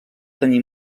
tenir